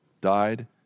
died